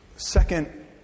Second